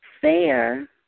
fair